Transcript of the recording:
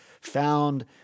found